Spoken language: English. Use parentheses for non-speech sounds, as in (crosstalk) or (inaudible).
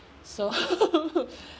so (laughs)